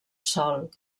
sòl